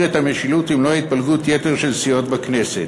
את המשילות למנוע התפלגות יתר של סיעות בכנסת.